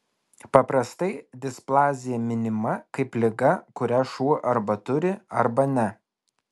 paprastai displazija minima kaip liga kurią šuo arba turi arba ne